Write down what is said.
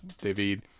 David